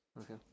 Okay